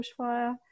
bushfire